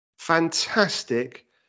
fantastic